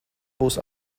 būs